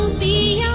be